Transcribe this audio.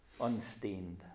unstained